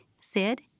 Sid